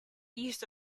use